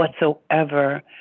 whatsoever